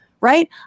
right